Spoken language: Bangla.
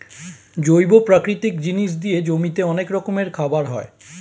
জৈব প্রাকৃতিক জিনিস দিয়ে জমিতে অনেক রকমের খাবার হয়